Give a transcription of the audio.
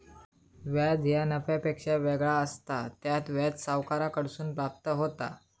व्याज ह्या नफ्यापेक्षा वेगळा असता, त्यात व्याज सावकाराकडसून प्राप्त होता